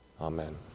Amen